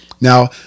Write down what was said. Now